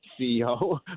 CEO